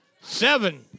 Seven